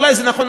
אולי זה נכון,